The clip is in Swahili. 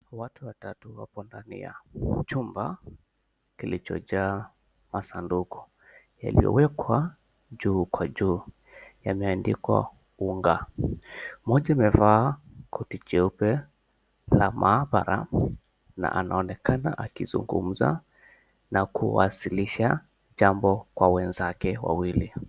Watu watatu wapo ndani ya chumba kilichojaa masanduku yaliowekwa juu kwa juu. Yameandikwa unga. Mmoja amevaa koti jeupe la maabara na anaonekana akizungumza na kuwasilisha jambo kwa wenzake wawili.